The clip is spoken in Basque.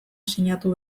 sinatu